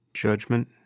Judgment